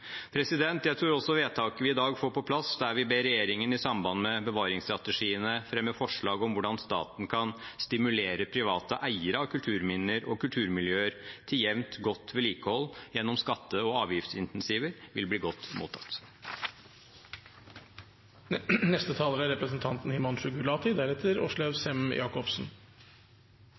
Jeg tror også vedtaket vi i dag får på plass, der vi «ber regjeringen i samband med bevaringsstrategiene fremme forslag om hvordan staten kan stimulere private eiere av kulturminner og kulturmiljøer til jevnt, godt vedlikehold gjennom skatte- og avgiftsinsentiver», vil bli godt mottatt.